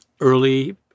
Early